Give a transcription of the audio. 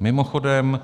Mimochodem